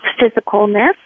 physicalness